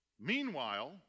Meanwhile